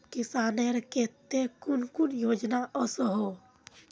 किसानेर केते कुन कुन योजना ओसोहो?